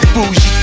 Bougie